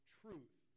truth